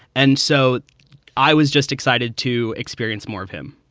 and so i was just excited to experience more of him.